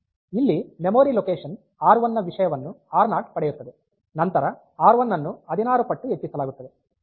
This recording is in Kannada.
ಇಲ್ಲಿ ಮೆಮೊರಿ ಲೊಕೇಶನ್ ಆರ್1ನ ವಿಷಯವನ್ನು ಆರ್0 ಪಡೆಯುತ್ತದೆ ನಂತರ ಆರ್1 ಅನ್ನು 16 ಪಟ್ಟು ಹೆಚ್ಚಿಸಲಾಗುತ್ತದೆ